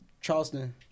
Charleston